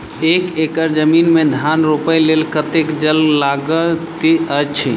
एक एकड़ जमीन मे धान रोपय लेल कतेक जल लागति अछि?